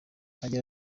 agira